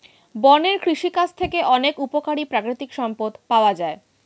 বনের কৃষিকাজ থেকে অনেক উপকারী প্রাকৃতিক সম্পদ পাওয়া যায়